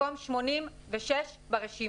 מקום 86 ברשימה.